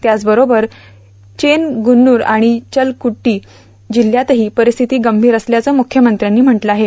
त्याचबरोबर चेन गन्जुर आणि चलक्कुडी जिल्ह्यातही परिस्थिती गंभीर असल्याचं मुख्यमंत्र्यांनी म्हटलं आहे